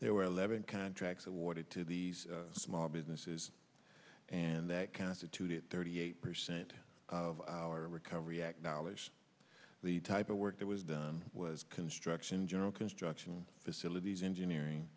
there were eleven contracts awarded to these small businesses and that constituted thirty eight percent of our recovery acknowledged the type of work it was done was construction general construction facilities engineering